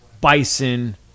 bison